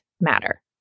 matter